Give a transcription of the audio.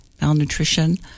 malnutrition